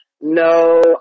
No